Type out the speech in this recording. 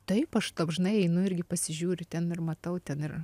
taip aš dažnai einu irgi pasižiūriu ten ir matau ten ir